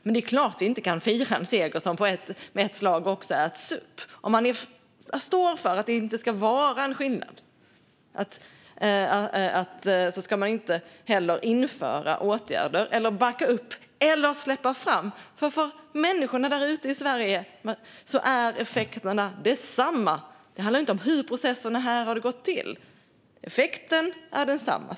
Men det är klart att vi inte kan fira en seger som i ett slag också äts upp. Om man står för att det inte ska vara en skillnad ska man inte heller införa, backa upp eller släppa fram sådana åtgärder. För människorna där ute i Sverige är effekterna desamma; det handlar inte om hur processerna här har gått till. Effekten är densamma.